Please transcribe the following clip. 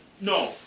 No